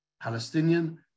palestinian